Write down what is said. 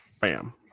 bam